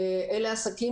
אלה עסקים